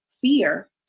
fear